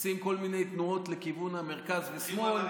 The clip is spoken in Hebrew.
עושים כל מיני תנועות לכיוון המרכז ושמאל.